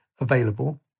available